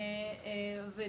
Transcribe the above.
אם